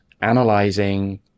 analyzing